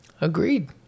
Agreed